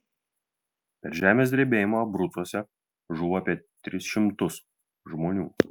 per žemės drebėjimą abrucuose žuvo apie tris šimtus žmonių